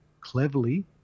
cleverly